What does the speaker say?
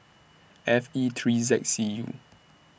F E three Z K C U